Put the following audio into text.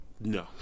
No